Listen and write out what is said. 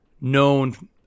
known